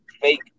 fake